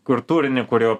kur turinį kur jau